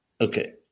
Okay